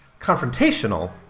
confrontational